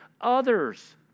others